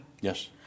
Yes